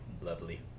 Lovely